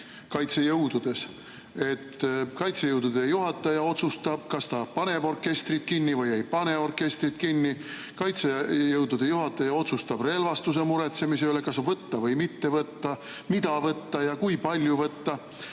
kaitsejõududes, et kaitsejõudude juhataja otsustab, kas ta paneb orkestri kinni või ei pane orkestrit kinni, kui kaitsejõudude juhataja otsustab relvastuse muretsemise üle, kas võtta või mitte võtta, mida võtta ja kui palju võtta,